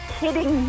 kidding